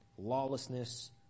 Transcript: lawlessness